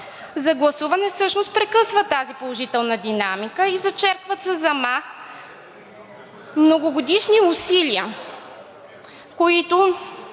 за гласуване всъщност прекъсват тази положителна динамика и зачеркват със замах многогодишни усилия, които